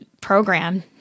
program